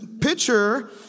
picture